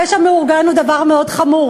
פשע מאורגן הוא דבר מאוד חמור.